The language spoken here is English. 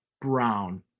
Brown